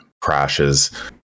crashes